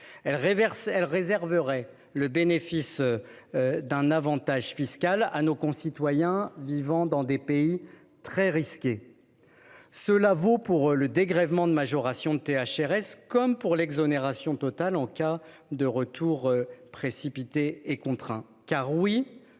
Cela réserverait le bénéfice de cet avantage fiscal à nos concitoyens vivant dans des pays très risqués et vaudrait pour la THRS comme pour l'exonération totale en cas de retour précipité et contraint.